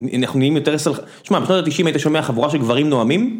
אנחנו נהיים יותר סלחנ... תשמע, בשנות ה-90 היית שומע חבורה שגברים נוהמים?